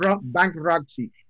bankruptcy